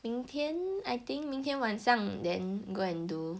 明天 I think 明天晚上 then go and do